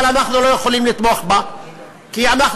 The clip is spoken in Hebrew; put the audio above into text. אבל אנחנו לא יכולים לתמוך בה כי אנחנו